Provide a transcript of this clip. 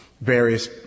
Various